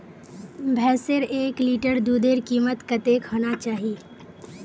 भैंसेर एक लीटर दूधेर कीमत कतेक होना चही?